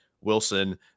Wilson